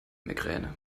migräne